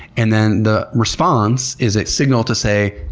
and then the response is a signal to say,